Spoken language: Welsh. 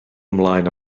ymlaen